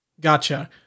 Gotcha